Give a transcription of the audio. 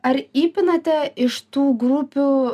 ar įpinate iš tų grupių